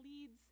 leads